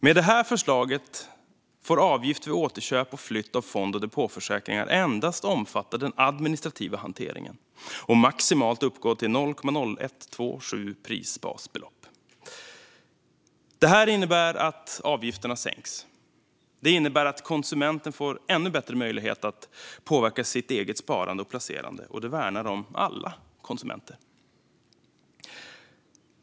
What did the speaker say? Med det här förslaget får avgift vid återköp och flytt av fond och depåförsäkringar endast omfatta den administrativa hanteringen och maximalt uppgå till 0,0127 prisbasbelopp. Det innebär att avgifterna sänks och att konsumenten får ännu bättre möjligheter att påverka sitt eget sparande och placerande. Dessutom värnas alla konsumenter.